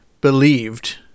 believed